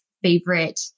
favorite